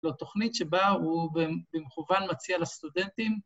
לא, תוכנית שבה הוא במכוון מציע לסטודנטים.